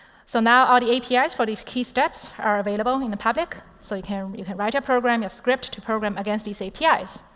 so now all the apis for these key steps are available in the public. so you can write your program, your script, to program against these ah yeah apis.